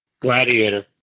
Gladiator